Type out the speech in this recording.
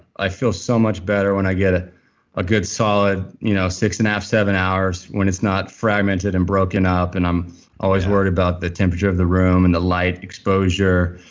i feel so much better when i get ah a good solid you know six and a half seven hours when it's not fragmented and broken up. and i'm always worried about the temperature of the room and the light exposure.